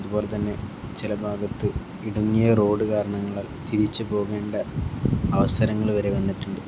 അതുപോലെത്തന്നെ ചില ഭാഗത്ത് ഇടുങ്ങിയ റോഡ് കാരണങ്ങളാൽ തിരിച്ചു പോകേണ്ട അവസരങ്ങൾ വരെ വന്നിട്ടുണ്ട്